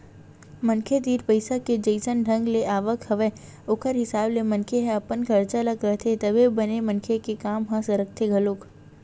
मनखे तीर पइसा के जइसन ढंग ले आवक हवय ओखर हिसाब ले मनखे ह अपन खरचा ल करथे तभे बने मनखे के काम ह सरकथे घलोक